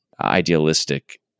idealistic